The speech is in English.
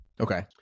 okay